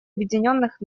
объединенных